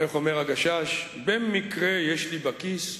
איך אומר הגשש: במקרה יש לי בכיס,